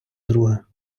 друга